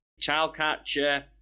Childcatcher